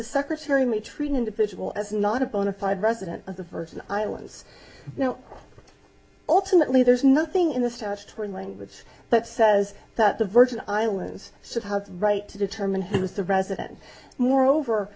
the secretary may treat individual as not a bona fide resident of the first islands now ultimately there's nothing in the statutory language that says that the virgin islands should have right to determine who is the resident moreover